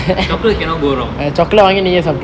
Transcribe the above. chocolate cannot go wrong